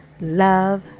love